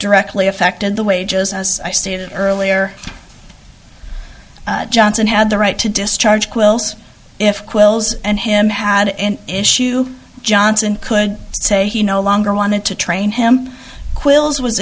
directly affected the wages as i stated earlier johnson had the right to discharge quills if quill's and him had an issue johnson could say he no longer wanted to train him